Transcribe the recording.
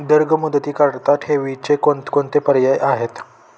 दीर्घ मुदतीकरीता ठेवीचे कोणकोणते पर्याय आहेत?